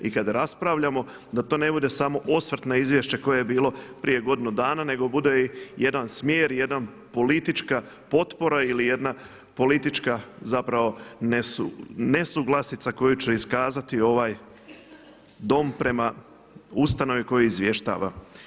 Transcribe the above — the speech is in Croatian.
I kada raspravljamo da to ne bude samo osvrt na izvješće koje je bilo prije godinu dana, nego bude i jedan smjer i jedna politička potpora ili jedna politička zapravo nesuglasica koju će iskazati ovaj dom prema ustanovi koja izvještava.